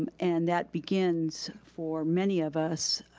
um and that begins, for many of us,